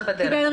הוא קיבל רישיון.